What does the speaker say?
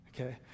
Okay